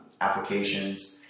applications